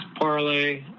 parlay